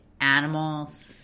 animals